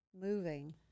moving